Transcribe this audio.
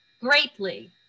greatly